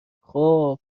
خوب